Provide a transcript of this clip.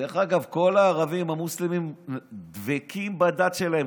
דרך אגב, כל הערבים המוסלמים דבקים בדת שלהם.